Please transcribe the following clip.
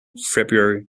february